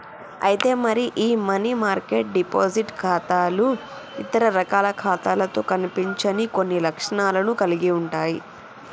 అయితే మరి ఈ మనీ మార్కెట్ డిపాజిట్ ఖాతాలు ఇతర రకాల ఖాతాలతో కనిపించని కొన్ని లక్షణాలను కలిగి ఉంటాయి